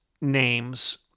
names